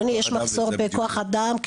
אדוני יש מחסור בכוח אדם.